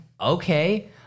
Okay